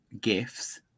gifts